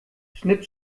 schnipp